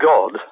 God